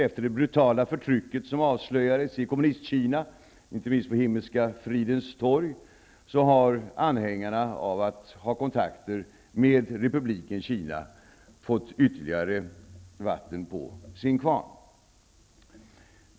Efter det brutala förtryck som avslöjades i Kommunistkina, inte minst på Himmelska Fridens torg, skall det understrykas att anhängarna av att ha kontakter med Republiken Kina har fått ytterligare vatten på sin kvarn.